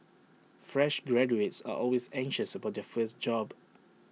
fresh graduates are always anxious about their first job